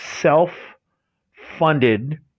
self-funded